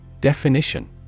Definition